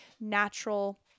natural